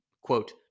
Quote